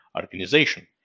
organization